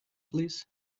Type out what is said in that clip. please